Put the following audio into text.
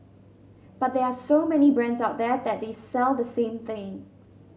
but there are so many brands out there that sell the same thing